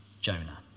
Jonah